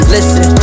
Listen